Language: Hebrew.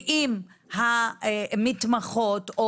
אם המתמחות,